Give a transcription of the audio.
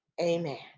Amen